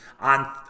on